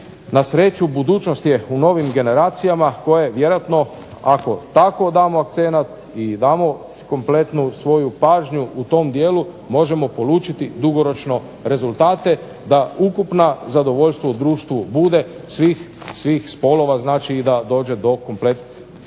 na sreću budućnost je u novim generacija koje vjerojatno ako tamo akcenata i damo kompletnu svoju pažnju u tom dijelu, možemo polučiti dugoročno rezultate da ukupna zadovoljstvo u društvu bude svih spolova i da dođe do ravnopravnosti